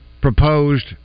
proposed